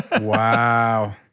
Wow